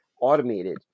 automated